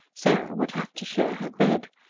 sarah would have to share her bed,